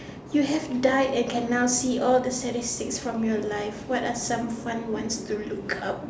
you have died and can now see all the statistics from your life what are some fun ones to look up